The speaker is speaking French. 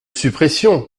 suppression